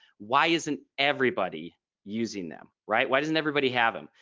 why isn't everybody using them right? why doesn't everybody have them?